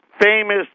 Famous